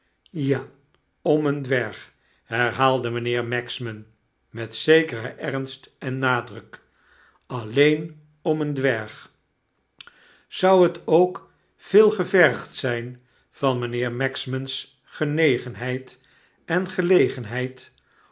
ja om een dwerg herhaalde mynheer magsman met zekeren ernst en nadruk alleen om een dwerg zou het ook veel gevergd zyn van mynheer magsman's genegenheid en gelegenheid